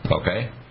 Okay